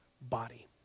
body